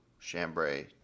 chambray